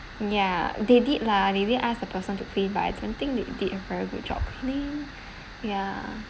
yeah they did lah they did ask the person to clean but I don't think they did a very good job clean ya